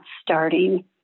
starting